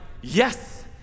yes